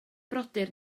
brodyr